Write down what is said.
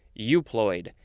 euploid